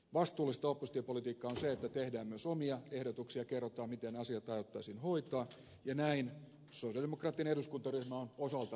vastuullista oppositiopolitiikkaa on se että tehdään myös omia ehdotuksia ja kerrotaan miten asiat aiottaisiin hoitaa ja näin sosialidemokraattinen eduskuntaryhmä on osaltansa tehnyt